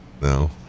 No